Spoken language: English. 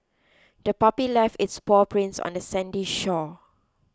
the puppy left its paw prints on the sandy shore